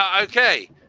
okay